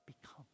become